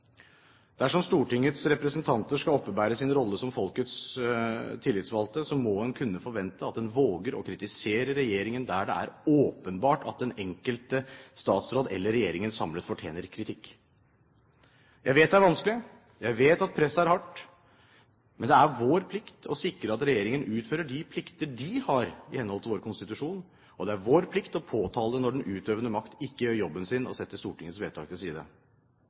Dersom Stortingets representanter skal oppebære sin rolle som folkets tillitsvalgte, må en kunne forvente at en våger å kritisere regjeringen der det er åpenbart at den enkelte statsråd eller regjeringen samlet sett fortjener kritikk. Jeg vet at det er vanskelig. Jeg vet at presset er hardt. Det er likevel vår plikt å sikre at regjeringen utfører de plikter den har i henhold til vår konstitusjon, og det er vår plikt å påtale det når den utøvende makt ikke gjør jobben sin og setter Stortingets vedtak til side.